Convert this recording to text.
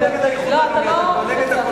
אתה לא מזמן,